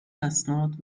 اسناد